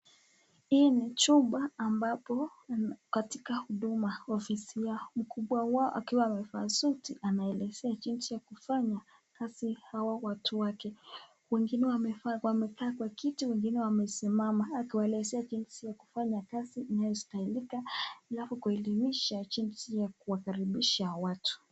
Hii ni chumba ambapo katika huduma ofisi ya mkubwa wao akiwa amevaa suti anaelezea jinsi ya kufanya kazi hawa watu wake. Wengine wamevaa wamekaa kwa kiti, wengine wamesimama. Akiwaelezea jinsi ya kufanya kazi inayostahilika alafu kuelimisha jinsi ya kuwakaribisha watu.